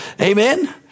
Amen